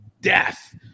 death